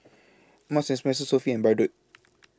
Marks and Spencer Sofy and Bardot